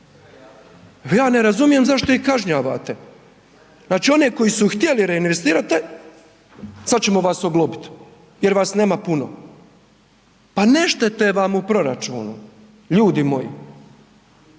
Ja ne razumijem zašto ih kažnjavate. Znači one koji su htjeli reinvestirati e sad ćemo vas oglobit jer vas nema puno. Pa ne štete vam u proračunu. Ljudi moji,